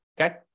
Okay